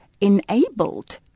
enabled